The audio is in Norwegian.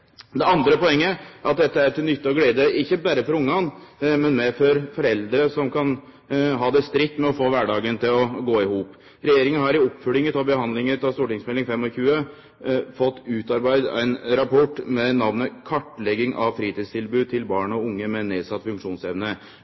Det andre poenget er at dette er til nytte og glede ikkje berre for ungane, men òg for foreldre som kan ha det stridt med å få kvardagen til å gå i hop. Regjeringa har i oppfølginga av behandlinga av St.meld. nr. 25 fått utarbeidd ein rapport med namnet «Kartlegging av fritidstilbudet til barn og unge med nedsatt funksjonsevne».